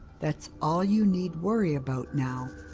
that's all you need worry about now.